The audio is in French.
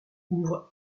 ouvre